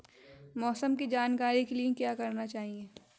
मौसम की जानकारी के लिए क्या करना चाहिए?